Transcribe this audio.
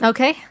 Okay